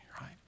right